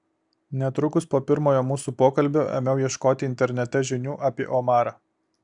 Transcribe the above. netrukus po pirmojo mūsų pokalbio ėmiau ieškoti internete žinių apie omarą